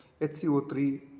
HCO3